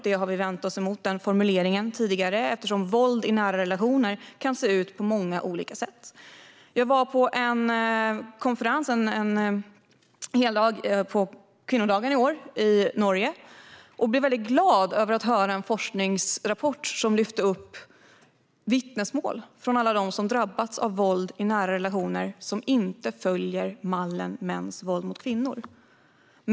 Vi har tidigare vänt oss mot den formuleringen eftersom våld i nära relationer kan se ut på många olika sätt. Jag var på en konferens i Norge på kvinnodagen, och det gladde mig att höra om en forskningsrapport som lyfter upp vittnesmål från alla dem som drabbats av våld i nära relationer och som inte följer mallen mäns våld mot kvinnor.